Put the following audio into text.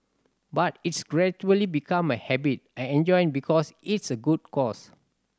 but it's gradually become a habit I enjoy because it's a good cause